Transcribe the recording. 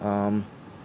um